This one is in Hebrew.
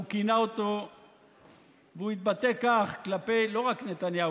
והוא התבטא כך לא רק כלפי נתניהו,